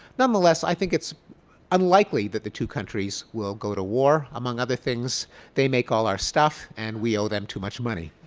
nonetheless, i think it's unlikely that the two countries will go to war. among other things they make all our stuff and we owe them too much money